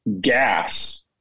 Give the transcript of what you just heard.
gas